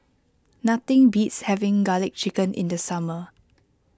nothing beats having Garlic Chicken in the summer